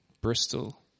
Bristol